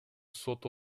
сот